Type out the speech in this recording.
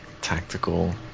tactical